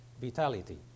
vitality